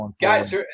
guys